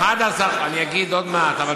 עודד פורר (ישראל ביתנו): אני אגיד עוד מעט.